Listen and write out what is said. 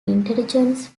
intelligence